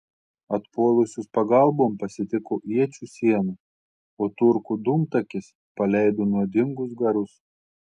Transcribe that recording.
atpuolusius pagalbon pasitiko iečių siena o turkų dūmtakis paleido nuodingus garus